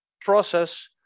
process